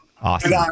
awesome